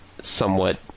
somewhat